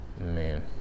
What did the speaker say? Man